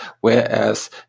Whereas